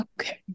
Okay